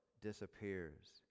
disappears